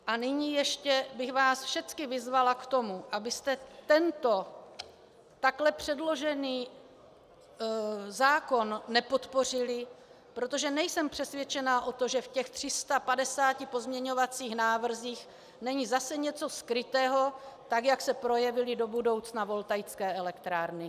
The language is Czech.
A nyní ještě bych vás všecky vyzvala k tomu, abyste tento takhle předložený zákon nepodpořili, protože nejsem přesvědčená o tom, že v těch 350 pozměňovacích návrzích není zase něco skrytého, tak jak se projevily do budoucna voltaické elektrárny.